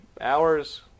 hours